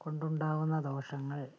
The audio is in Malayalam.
കൊണ്ടുണ്ടാവുന്ന ദോഷങ്ങൾ